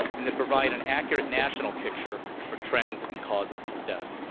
and they provide an accurate national picture for trends and causes of death.